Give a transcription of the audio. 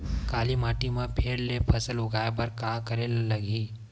काली माटी म फेर ले फसल उगाए बर का करेला लगही?